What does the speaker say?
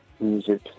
music